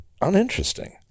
uninteresting